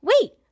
wait